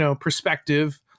perspective